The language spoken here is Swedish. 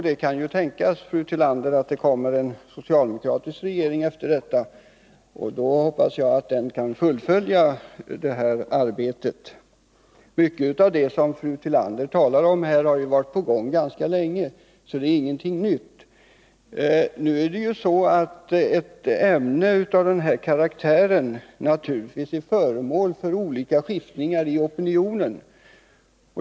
Det kan ju, fru Tillander, tänkas att det kommer att bli en socialdemokratisk regering, och då hoppas jag att den regeringen kan fullfölja detta arbete. Mycket av det som fru Tillander talat om har pågått ganska länge, varför det inte rör sig om någonting nytt. När det gäller ett ämne av den här karaktären blir det naturligtvis skiftningar inom opinionen.